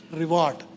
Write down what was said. reward